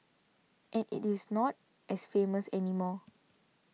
and it is not as famous anymore